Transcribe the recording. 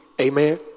amen